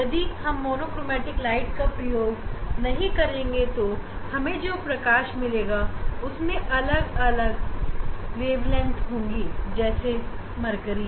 यदि हम monochromatic light का प्रयोग नहीं करेंगे तो हमें जो प्रकाश मिलेगा उसमें अलग अलग वेवलेंथ होंगी जैसे मर्करी